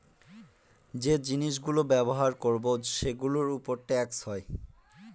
যে জিনিস গুলো ব্যবহার করবো সেগুলোর উপর ট্যাক্স হয়